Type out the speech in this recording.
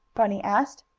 bunny asked.